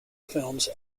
films